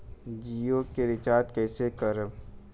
जियो के रीचार्ज कैसे करेम?